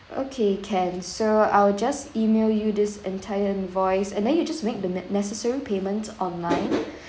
okay can so I'll just email you this entire invoice and then you just make the necessary payment online